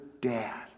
dad